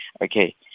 Okay